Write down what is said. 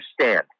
understand